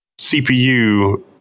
CPU